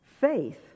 Faith